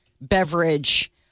beverage